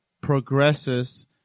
progresses